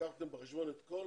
ולקחתם בחשבון את כל